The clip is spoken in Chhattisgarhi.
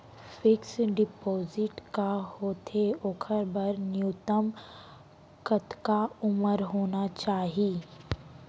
फिक्स डिपोजिट का होथे ओखर बर न्यूनतम कतका उमर होना चाहि?